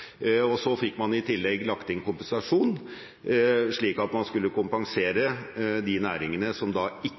og så fikk man i tillegg lagt inn kompensasjon, slik at man skulle kompensere de næringene som ikke